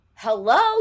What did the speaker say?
Hello